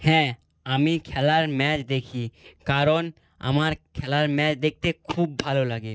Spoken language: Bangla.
হ্যাঁ আমি খেলার ম্যাচ দেখি কারণ আমার খেলার ম্যাচ দেখতে খুব ভালো লাগে